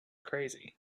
crazy